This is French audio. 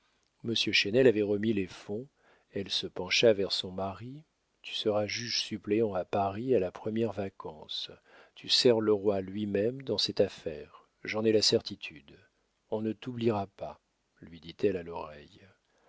monsieur chesnel avait remis les fonds elle se pencha vers son mari tu seras juge-suppléant à paris à la première vacance tu sers le roi lui-même dans cette affaire j'en ai la certitude on ne t'oubliera pas lui dit-elle à l'oreille